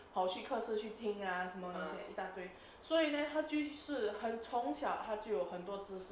跑去课室去听啊什么那些一大堆所以 leh 他就是很从小他就很多知识